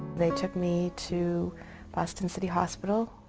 they took me to boston city hospital,